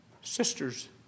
sisters